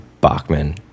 Bachman